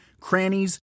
crannies